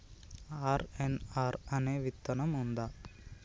RNR అనే విత్తనం ఉందా?